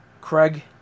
Craig